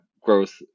growth